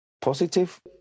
Positive